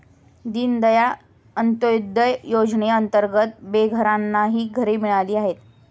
दीनदयाळ अंत्योदय योजनेअंतर्गत बेघरांनाही घरे मिळाली आहेत